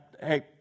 Hey